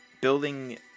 building